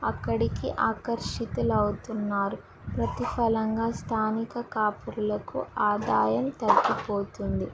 అక్కడికి ఆకర్షితులు అవుతున్నారు ప్రతిఫలంగా స్థానిక కాపురులకు ఆదా ఆదాయం తగ్గిపోతుంది